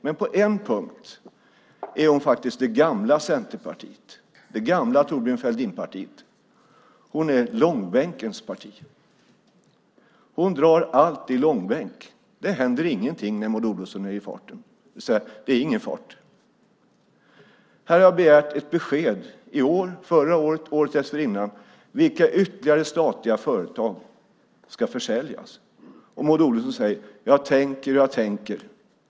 Men på en punkt är hon faktiskt kvar i det gamla Centerpartiet, det gamla Thorbjörn Fälldin-partiet. Det är långbänkens parti. Hon drar allt i långbänk. Det händer ingenting när Maud Olofsson är i farten, det vill säga att det inte är någon fart. Jag har begärt besked i år, förra året och året dessförinnan om vilka ytterligare statliga företag som ska försäljas, och Maud Olofsson säger: Jag tänker och jag tänker.